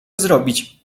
zrobić